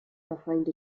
behind